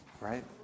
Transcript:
Right